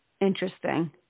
Interesting